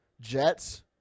Jets